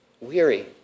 Weary